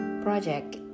project